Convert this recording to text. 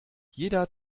jeder